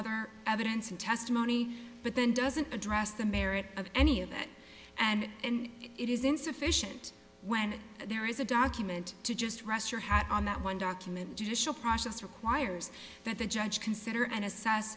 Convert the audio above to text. other evidence and testimony but then doesn't address the merits of any of that and it is insufficient when there is a document to just rest your hat on that one document judicial process requires that the judge consider and assess